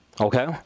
Okay